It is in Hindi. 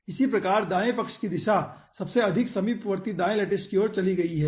इसी प्रकार दाएं पक्ष की दिशा सबसे अधिक समीपवर्ती दाई लैटिस की ओर चली गई है